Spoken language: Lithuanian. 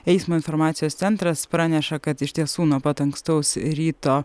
eismo informacijos centras praneša kad iš tiesų nuo pat ankstaus ryto